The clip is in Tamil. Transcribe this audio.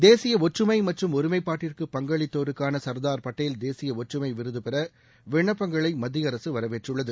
தேசிய ஒற்றுமை மற்றும் ஒருமைப்பாட்டிற்கு பங்களித்தோருக்கான சர்தார் பட்டேல் தேசிய ஒற்றுமை விருது பெற விண்ணப்பங்களை மத்திய அரசு வரவேற்றுள்ளது